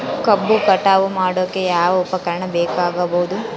ಕಬ್ಬು ಕಟಾವು ಮಾಡೋಕೆ ಯಾವ ಉಪಕರಣ ಬೇಕಾಗಬಹುದು?